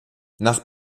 nach